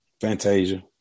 Fantasia